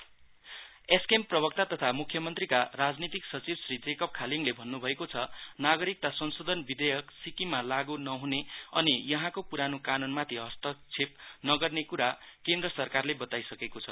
SKM press SKM प्रवक्ता तथा मुख्यमन्त्रीका राजनीतिक सचिव श्री जेकब खालिङले भन्नुभएको छनागरिकता संशोधन विधेयक सिक्किममा लागू नहुने एनि यहाँको पूरानो कानूनमाथि हस्तक्षेप नगर्ने कुना केन्द्र सरकारले बताई सकेको छ